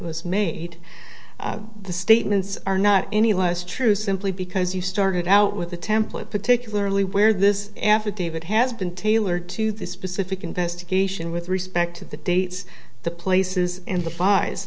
was made the statements are not any less true simply because you started out with a template particularly where this affidavit has been tailored to this specific investigation with respect to the dates the places in the